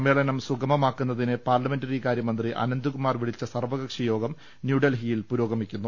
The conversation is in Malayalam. സമ്മേ ളനം സുഗമമാക്കുന്നതിന് പാർലമെന്ററികാര്യമന്ത്രി അനന്ത്കുമാർ വിളിച്ച സർവകക്ഷിയോഗം ന്യൂഡൽഹിയിൽ പുരോഗമിക്കുന്നു